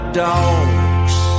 dogs